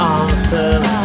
answers